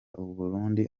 burundu